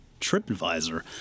TripAdvisor